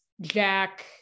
jack